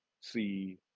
see